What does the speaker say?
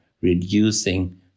reducing